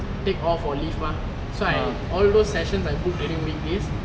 take off or leave mah so I all those sessions I book during weekdays